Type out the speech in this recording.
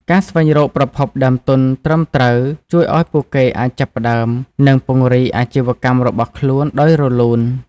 ការស្វែងរកប្រភពដើមទុនត្រឹមត្រូវជួយឱ្យពួកគេអាចចាប់ផ្តើម និងពង្រីកអាជីវកម្មរបស់ខ្លួនដោយរលូន។